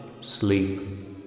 sleep